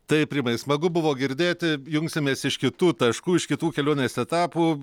taip rimtai smagu buvo girdėti jungsimės iš kitų taškų iš kitų kelionės etapų